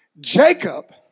Jacob